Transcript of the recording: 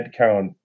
headcount